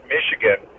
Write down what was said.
Michigan